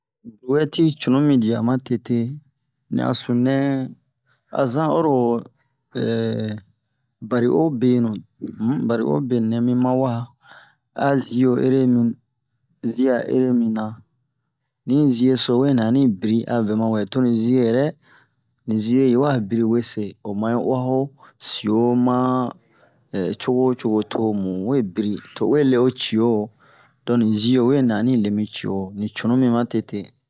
Bruwɛti cunu mi dia ma tete ni a sunu nɛ a zan oro bari'o benu um bari'o benu nɛ mi ma wa a zio ere mi zia ere mina ni zie so we nɛ ani biri a vɛ ma wɛ to ni zie yɛrɛ ni zie yi wa biri wɛ se o ma yi uwa ho sio ma co'o co'o to mu we biri to o we le o cio don ni zie we nɛ ani lemi cio ni cunu mi ma tete